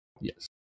yes